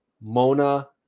Mona